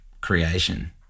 creation